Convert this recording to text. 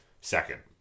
second